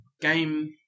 game